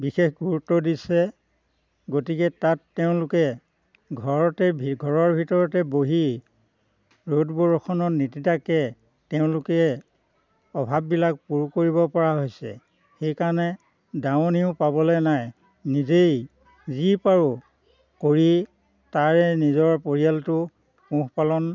বিশেষ গুৰুত্ব দিছে গতিকে তাত তেওঁলোকে ঘৰতে ভি ঘৰৰ ভিতৰতে বহি ৰ'দ বৰষুণত নিতিতাকে তেওঁলোকে অভাৱ বিলাক পূৰ কৰিব পৰা হৈছে সেইকাৰণে দাৱনীও পাবলৈ নাই নিজেই যি পাৰোঁ কৰি তাৰে নিজৰ পৰিয়ালটো পোহপালন